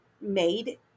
made